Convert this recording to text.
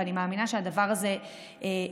ואני מאמינה שהדבר הזה יזרז,